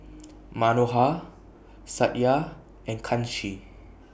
Manohar Satya and Kanshi